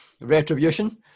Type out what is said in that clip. Retribution